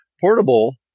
portable